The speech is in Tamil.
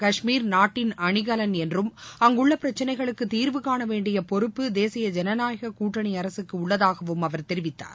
கஷ்மீர் நாட்டின் அணிகலன் என்றும் அங்குள்ள பிரச்சினைகளுக்கு தீர்வு காண வேண்டிய பொறுப்பு தேசிய ஜனநாயக கூட்டணி அரசுக்கு உள்ளதாகவும் அவர் தெரிவித்தார்